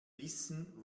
wissen